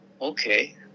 okay